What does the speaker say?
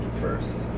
first